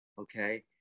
okay